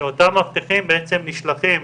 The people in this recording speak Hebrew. כשאותם מאבטחים נשלחים